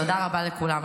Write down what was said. תודה רבה לכולם.